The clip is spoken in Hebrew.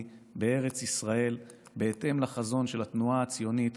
בארץ ישראל בהתאם לחזון של התנועה הציונית